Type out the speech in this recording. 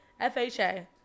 FHA